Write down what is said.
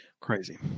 crazy